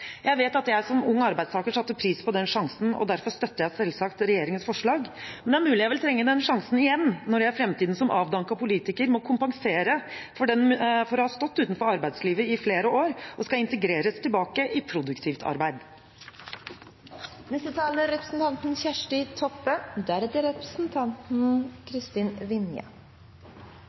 Jeg vet at jeg som ung arbeidstaker satte pris på den sjansen, og derfor støtter jeg selvsagt regjeringens forslag. Det er mulig jeg vil trenge den sjansen igjen når jeg i framtiden som avdanket politiker må kompensere for å ha stått utenfor arbeidslivet i flere år og skal integreres tilbake i produktivt arbeid.